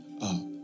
up